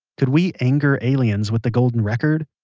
could we anger aliens with the golden record?